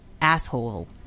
asshole